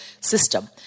system